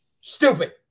Stupid